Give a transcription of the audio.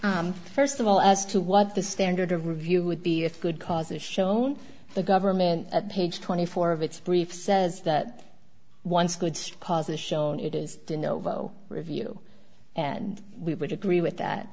you first of all as to what the standard of review would be if good causes showing the government at page twenty four of its brief says that once good causes shown it is to novo review and we would agree with that